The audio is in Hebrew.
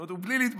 כלומר בלי להתבלבל,